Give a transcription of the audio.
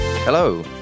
Hello